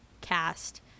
cast